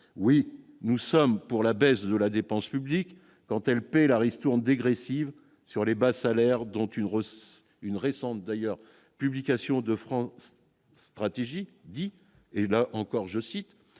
oui nous sommes pour la baisse de la dépense publique quand elle paie la ristourne dégressive sur les bas salaires, dont une une récente d'ailleurs publication de France Stratégie dit et là encore, je cite,